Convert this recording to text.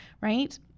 right